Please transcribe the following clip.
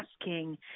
asking